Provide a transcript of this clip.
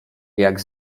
jak